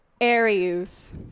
Arius